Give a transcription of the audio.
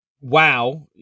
wow